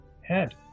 head